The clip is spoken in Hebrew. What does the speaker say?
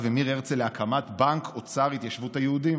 המיר הרצל להקמת בנק אוצר התיישבות היהודים